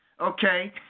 okay